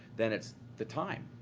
then it's the time.